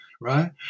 right